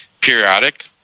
periodic